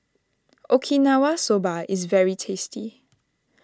Okinawa Soba is very tasty